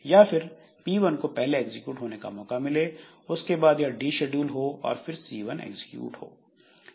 या फिर P1 को पहले एग्जीक्यूट होने का मौका मिले उसके बाद यह डी शेड्यूल हो और फिर C1 एग्जीक्यूट हो